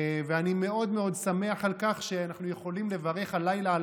אני מאוד מאוד שמח שאנחנו יכולים לברך הלילה על